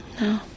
No